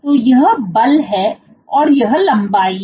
तो यह बल हैऔर यह लंबाई है